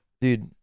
Dude